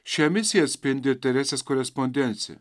šią misiją atspindi teresės korespondencija